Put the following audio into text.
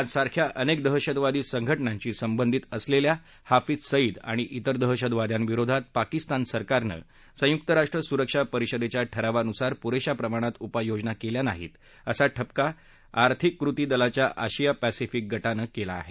लष्कर ए तोयबा जमात उद् दवा सारख्या अनेक दहशतवादी संघटनाशी संबंधित असलेल्या हाफिज सईद आणि ब्रिर दहशतवाद्यांविरोधात पाकिस्तान सरकारनं संयुक्त राष्ट्र सुरक्षा परिषदेच्या ठरावानुसार पुरेशा प्रमाणात उपाय योजना केल्या नाहीत असा ठपका आर्थिक कृति दलाच्या अशिया पसिफिक गटानं ठेवला आहे